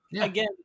Again